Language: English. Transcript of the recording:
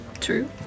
True